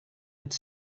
its